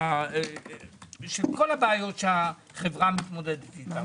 כל הבעיות שהחברה מתמודדת איתן.